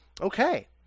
Okay